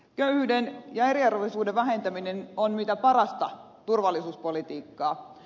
köyhyyden ja eriarvoisuuden vähentäminen on mitä parasta turvallisuuspolitiikkaa